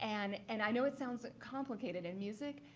and and i know it sounds complicated in music,